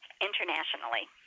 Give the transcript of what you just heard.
internationally